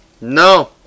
no